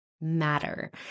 matter